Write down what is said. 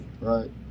Right